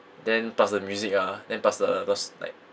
then plus the music ah then plus the the s~ like